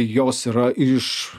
jos yra iš